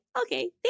okay